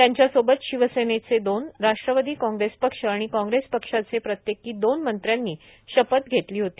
त्यांच्यासोबत शिवसेनेचे दोन राष्ट्रवादी कांग्रसे पक्ष आणि कांग्रेस पक्षाचे प्रत्येकी दोन मंत्र्यांनी शपथ घेतली होती